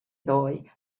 ddoe